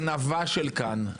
הגנבה של כאן,